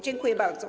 Dziękuję bardzo.